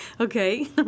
Okay